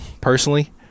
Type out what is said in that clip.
personally